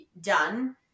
done